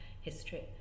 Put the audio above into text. history